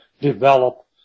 develop